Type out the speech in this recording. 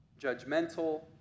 judgmental